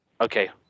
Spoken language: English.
Okay